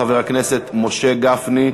חבר הכנסת משה גפני,